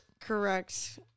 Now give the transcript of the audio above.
Correct